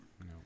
No